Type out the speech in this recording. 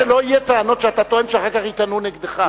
הטענות שלא יהיו טענות שאתה טוען שאחר כך יטענו נגדך.